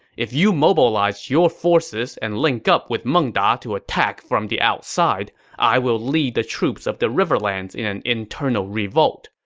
if you mobilize your forces and link up with meng da to attack from the outside, i will lead the troops of the riverlands in an internal revolt.